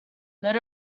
let